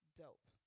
dope